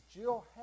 Jill